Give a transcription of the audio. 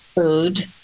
Food